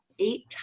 eight